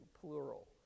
plural